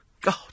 God